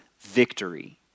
victory